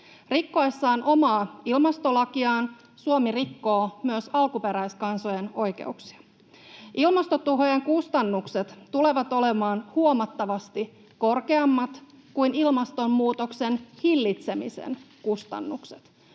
Rikkoessaan omaa ilmastolakiaan Suomi rikkoo myös alkuperäiskansojen oikeuksia. Ilmastotuhojen kustannukset tulevat olemaan huomattavasti korkeammat kuin ilmastonmuutoksen hillitsemisen kustannukset.